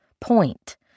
Point